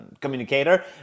communicator